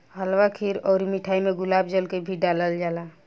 हलवा खीर अउर मिठाई में गुलाब जल के भी डलाल जाला